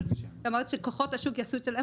היא אומרת שכוחות השוק יעשו את שלהם.